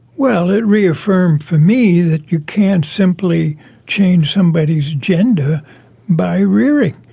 well it reaffirmed for me that you can't simply change somebody's gender by rearing.